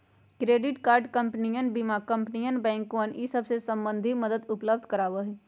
credit card कंपनियन बीमा कंपनियन बैंकवन ई सब संबंधी मदद उपलब्ध करवावा हई